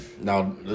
Now